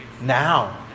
Now